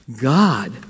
God